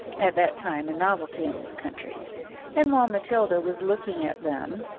at that time a novelty in this country and while matilda was looking at them,